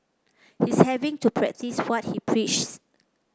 he's having to practice what he preaches